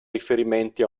riferimenti